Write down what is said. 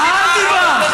אל תברח.